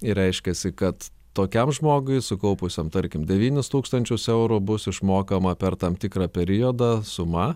ir reiškiasi kad tokiam žmogui sukaupusiam tarkim devynis tūkstančius eurų bus išmokama per tam tikrą periodą suma